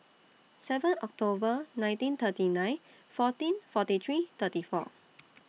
seven October nineteen thirty nine fourteen forty three thirty four